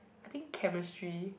I think chemistry